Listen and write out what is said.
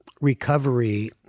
recovery